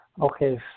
Okay